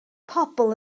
pobl